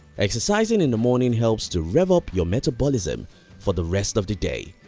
exercising in the morning helps to rev up your metabolism for the rest of the day,